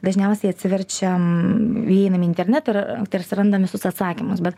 dažniausiai atsiverčiam įeinam į internetą ir tarsi randam visus atsakymus bet